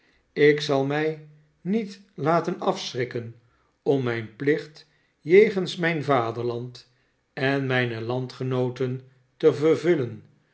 ik zal mij niet laten afschrikken om mijn plicht jegens mijn vaderland en mijne landgenooten te vervullen